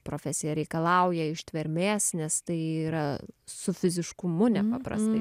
profesija reikalauja ištvermės nes tai yra su fiziškumu nepaprastai